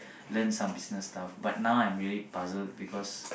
learn some business stuff but now I'm really puzzled because